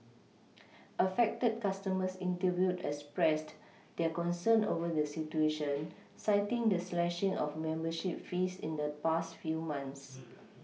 affected customers interviewed expressed their concern over the situation citing the slashing of membership fees in the past few months